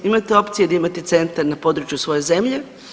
Imate opcije gdje imate centar na području svoje zemlje.